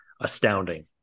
astounding